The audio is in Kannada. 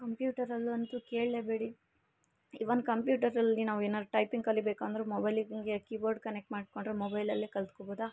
ಕಂಪ್ಯೂಟರಲ್ಲಂತೂ ಕೇಳಲೇಬೇಡಿ ಇವನ್ ಕಂಪ್ಯೂಟರಲ್ಲಿ ನಾವೇನಾರು ಟೈಪಿಂಗ್ ಕಲಿಬೇಕು ಅಂದರು ಮೊಬೈಲಿಗೆ ಹಂಗೆ ಕೀಬೋರ್ಡ್ ಕನೆಕ್ಟ್ ಮಾಡಿಕೊಂಡ್ರೆ ಮೊಬೈಲಲ್ಲೇ ಕಲಿತ್ಕೊಬೋದ